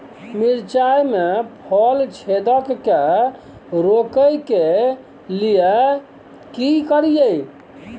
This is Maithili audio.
मिर्चाय मे फल छेदक के रोकय के लिये की करियै?